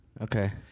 Okay